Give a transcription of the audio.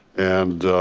and